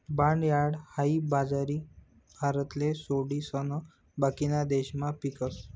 barnyard हाई बाजरी भारतले सोडिसन बाकीना देशमा पीकस